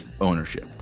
ownership